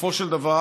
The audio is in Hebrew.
בסופו של דבר,